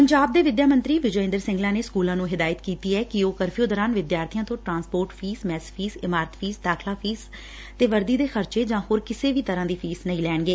ਪੰਜਾਬ ਦੇ ਵਿਦਿਆ ਮੰਤਰੀ ਵਿਜੈ ਇੰਦਰ ਸਿੰਗਲਾ ਨੇ ਸਕੂਲਾ ਨੂੰ ਹਿਦਾਇਤ ਕੀਤੀ ਐ ਕਿ ਉਹ ਕਰਫਿਊ ਦੌਰਾਨ ਵਿਦਿਆਰਥੀਆਂ ਤੋਂ ਟਰਾਂਸਪੋਰਟ ਫੀਸ ਮੈਸ ਫੀਸ ਇਮਾਰਤ ਫੀਸ ਦਾਖਲਾ ਫੀਸ ਵਰਦੀ ਦੇ ਖ਼ਰਚੇ ਜਾਂ ਹੋਰ ਕਿਸੇ ਤਰ੍ਪਾਂ ਦੀ ਫੀਸ ਨਹੀਂ ਲੈਣਗੇ